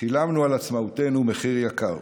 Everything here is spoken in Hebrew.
שילמנו על עצמאותנו מחיר יקר.